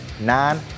nine